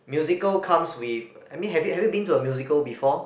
musical comes with I mean have you have you been to a musical before